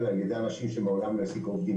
על ידי אנשים שמעולם יעסיקו עובדים,